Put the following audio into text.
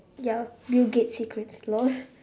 ya bill-gates secrets lol